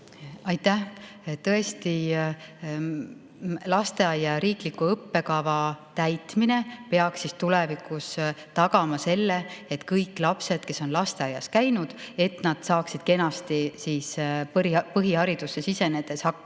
Aitäh! Tõesti, lasteaia riikliku õppekava täitmine peaks tulevikus tagama selle, et kõik lapsed, kes on lasteaias käinud, saavad kenasti põhiharidusse sisenedes hakkama.